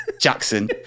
Jackson